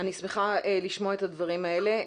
אני שמחה לשמוע את הדברים האלה.